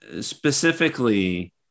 specifically